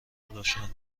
روشن